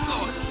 Lord